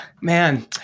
man